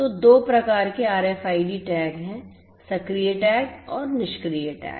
तो दो प्रकार के आरएफआईडी टैग हैं सक्रिय टैग और निष्क्रिय टैग